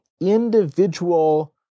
individual